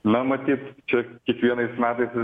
na matyt čia kiekvienais metais vis